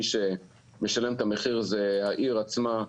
מי שמשלם את המחיר זו העיר עצמה,